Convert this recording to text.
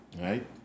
right